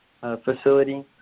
facility